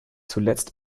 zuletzt